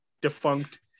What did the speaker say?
defunct